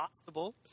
possible